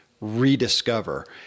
rediscover